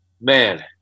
Man